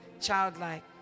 childlike